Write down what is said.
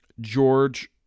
George